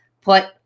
put